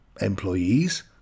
employees